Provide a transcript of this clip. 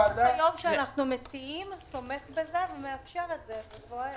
שאנו מציעים תומך בזה ומאפשר את זה.